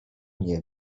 nie